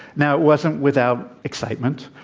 now, it wasn't without excitement.